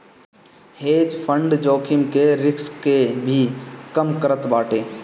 hedge fund जोखिम के risk के भी कम करत बाटे